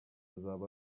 azaba